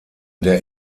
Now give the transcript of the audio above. der